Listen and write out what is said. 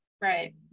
Right